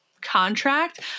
contract